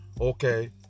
okay